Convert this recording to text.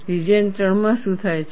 region 3 માં શું થાય છે